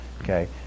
Okay